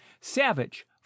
Savage